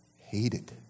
hated